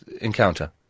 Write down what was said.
encounter